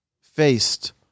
faced